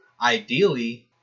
ideally